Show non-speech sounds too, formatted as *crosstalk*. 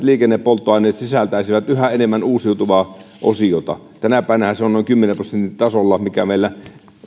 *unintelligible* liikennepolttoaineet sisältäisivät yhä enemmän uusiutuvaa osiota tänä päivänähän se on noin kymmenen prosentin tasolla mikä meillä